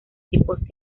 tipos